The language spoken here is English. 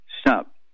Stop